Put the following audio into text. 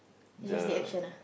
the